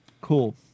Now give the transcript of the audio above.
Cool